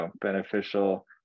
beneficial